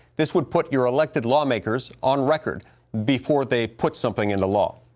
this would put your elected lawmakers on record before they put something in the law.